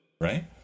right